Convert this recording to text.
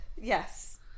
Yes